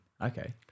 Okay